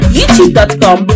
YouTube.com